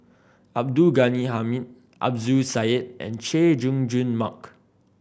Abdul Ghani Hamid Zubir Said and Chay Jung Jun Mark